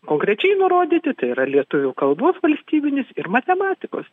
konkrečiai nurodyti tai yra lietuvių kalbos valstybinis ir matematikos